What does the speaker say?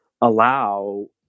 allow